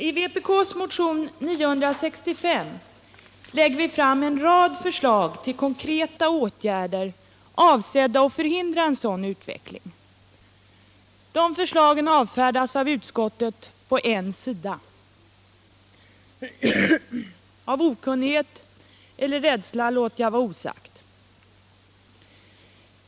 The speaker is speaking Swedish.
I vpk:s motion 965 lägger vi fram en rad förslag till konkreta åtgärder, avsedda att förhindra en sådan här utveckling. De förslagen avfärdas av utskottet på en sida — av okunnighet eller rädsla låter jag vara osagt.